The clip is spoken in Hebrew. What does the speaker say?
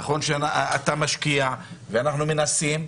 נכון שאתה משקיע ואנחנו מנסים,